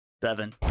Seven